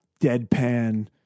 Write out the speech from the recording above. deadpan